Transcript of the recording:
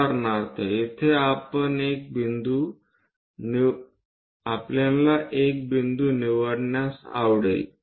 उदाहरणार्थ येथे आपल्याला एक बिंदू निवडण्यास आवडेल